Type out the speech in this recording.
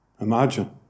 Imagine